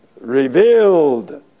revealed